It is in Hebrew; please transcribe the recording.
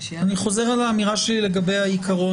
אני חוזר על האמירה שלי על העיקרון,